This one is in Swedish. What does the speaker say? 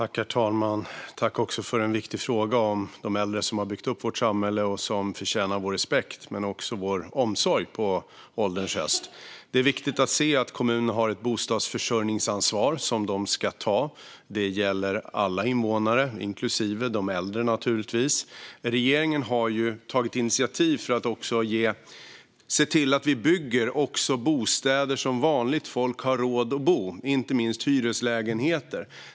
Herr talman! Jag tackar för en viktig fråga om de äldre som har byggt upp vårt samhälle och som förtjänar vår respekt men också vår omsorg på ålderns höst. Det är viktigt att se att kommunerna har ett bostadsförsörjningsansvar som de ska ta. Det gäller alla invånare, naturligtvis inklusive de äldre. Regeringen har tagit initiativ för att se till att det även byggs bostäder som vanligt folk har råd att bo i, inte minst hyreslägenheter.